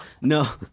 No